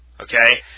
okay